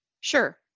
Sure